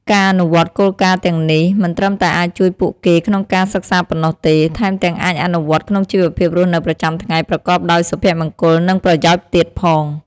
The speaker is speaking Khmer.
ការអនុវត្តគោលការណ៍ទាំងនេះ មិនត្រឹមតែអាចជួយពួកគេក្នុងការសិក្សាប៉ុណ្ណោះទេ ថែមទាំងអាចអនុវត្តក្នុងជីវភាពរស់នៅប្រចាំថ្ងៃប្រកបដោយសុភមង្គល និងប្រយោជន៍ទៀតផង។